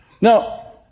Now